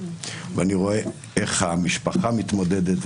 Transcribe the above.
ואני רואה איך המשפחה מתמודדת.